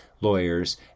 lawyers